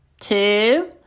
two